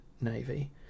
navy